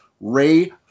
Ray